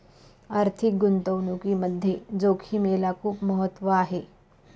आर्थिक गुंतवणुकीमध्ये जोखिमेला खूप महत्त्व आहे